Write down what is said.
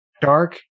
dark